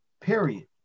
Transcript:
period